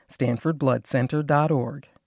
StanfordBloodCenter.org